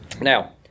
Now